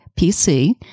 PC